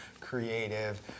creative